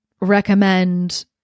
recommend